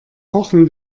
pochen